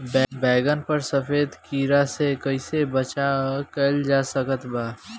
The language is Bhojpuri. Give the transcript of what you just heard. बैगन पर सफेद कीड़ा से कैसे बचाव कैल जा सकत बा?